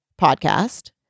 podcast